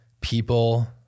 people